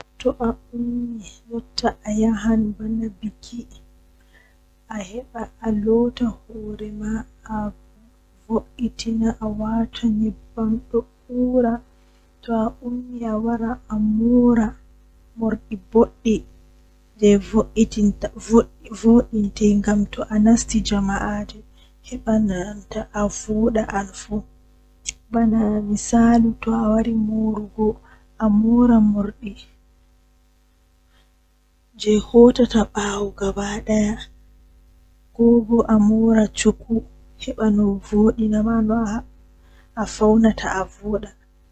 Ehh mi wawi lanyugo keke wakkati mi ekiti lanyugo keke bo wakkati man duubi am jweetati yahugo sappo nden hoosi am asawweje didi nyalde sappo e nay bako mi wawa dum jungo am benda. Masin.